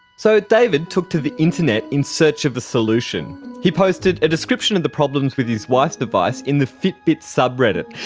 so david took to the internet in search of a solution. he posted a description of the problems with his wife's device in the fitbit sub-reddit,